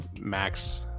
Max